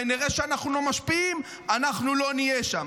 ונראה שאנחנו לא משפיעים, אנחנו לא נהיה שם.